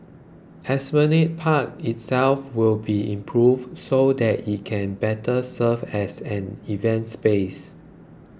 Esplanade Park itself will be improved so that it can better serve as an event space